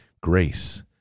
grace